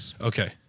Okay